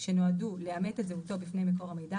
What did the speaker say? שנועדו לאמת את זהותו בפני מקור המידע,